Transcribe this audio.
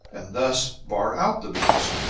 and thus bar out the bees?